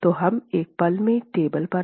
तो हम एक पल में टेबल पर आऐंगे